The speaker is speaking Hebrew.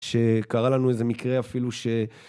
שקרה לנו איזה מקרה אפילו ש...